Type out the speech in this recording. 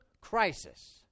crisis